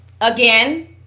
again